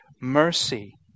mercy